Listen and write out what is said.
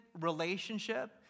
relationship